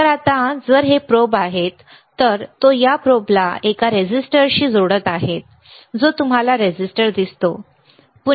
तर आता जर हे प्रोब आहेत तर तो या प्रोबला एका रेझिस्टरशी जोडत आहे जो तुम्हाला रेझिस्टर दिसतो बरोबर